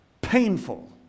painful